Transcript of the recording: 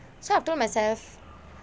so I told myself